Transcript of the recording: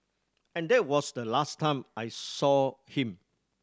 and that was the last time I saw him